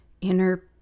inner